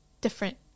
different